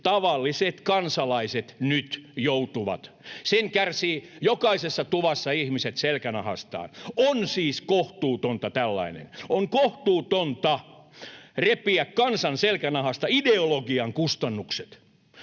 tavalliset kansalaiset nyt joutuvat. Sen kärsivät jokaisessa tuvassa ihmiset selkänahastaan. On siis kohtuutonta tällainen. On kohtuutonta repiä kansan selkänahasta ideologian kustannukset.